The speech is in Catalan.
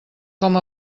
com